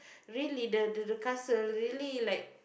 really the the castle really like